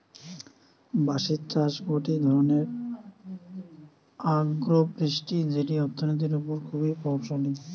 বাঁশের চাষ গটে ধরণের আগ্রোফরেষ্ট্রী যেটি অর্থনীতির ওপর খুবই প্রভাবশালী